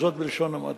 וזאת בלשון המעטה,